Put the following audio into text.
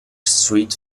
street